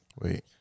Wait